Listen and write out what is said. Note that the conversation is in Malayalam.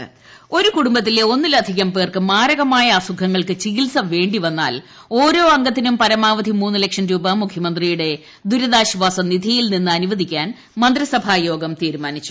ദുരിതാശ്വാസനിധി ഒരു കൂടുംബത്തിലെ ഒന്നിലധികം പേർക്ക് മാരകമായ അസുഖങ്ങൾക്ക് ചികിത്സ വേണ്ടിവന്നാൽ ഓരോ അംഗത്തിനും പരമാവധി മൂന്നു ലക്ഷം രൂപ മുഖ്യമന്ത്രിയുടെ ദൂരിതാശ്വാസനിധിയിൽ നിന്ന് അനുവദിക്കാൻ മന്ത്രിസഭാ യോഗം തീരുമാനിച്ചു